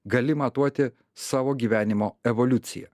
gali matuoti savo gyvenimo evoliuciją